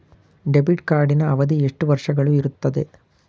Debit ಕಾರ್ಡಿನ ಅವಧಿ ಎಷ್ಟು ವರ್ಷಗಳು ಇರುತ್ತದೆ?